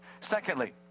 secondly